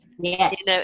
yes